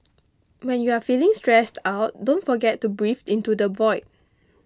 when you are feeling stressed out don't forget to breathe into the void